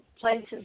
places